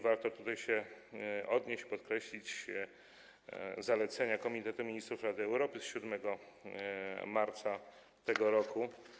Warto tutaj się odnieść, warto podkreślić zalecenia Komitetu Ministrów Rady Europy z 7 marca tego roku.